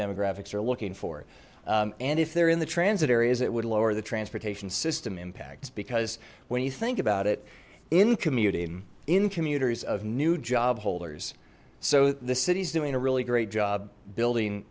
demographics are looking for it and if they're in the transit areas it would lower the transportation system impacts because when you think about it in commuting in commuters of new job holders so the city's doing a really great job building